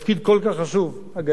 הגנת האדם וזכויותיו.